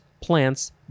plants